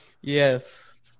Yes